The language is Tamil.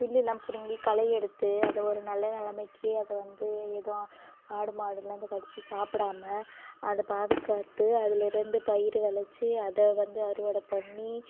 பில்லுலாம் பிடுங்கி கலை எடுத்து அதை ஒரு நல்ல நிலமக்கி அதை வந்து எதுவும் ஆடு மாடுலாம் அதை கடிச்சி சாப்புடாமல் அதை பாதுகாத்து அதில் இருந்து பயிறு விளைச்சி அதை வந்து அறுவடை பண்ணி